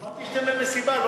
אמרתי שאתן במסיבה,